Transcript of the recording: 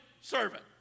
servant